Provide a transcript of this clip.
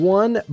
one